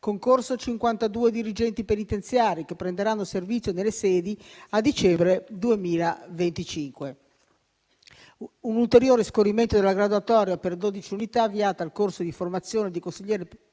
concorso per 52 dirigenti penitenziari, che prenderanno servizio nelle sedi a dicembre 2025; un ulteriore scorrimento della graduatoria per 12 unità, avviate al corso di formazione di consigliere